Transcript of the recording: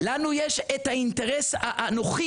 לנו יש את האינטרס האנוכי,